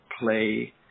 play